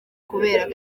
kubera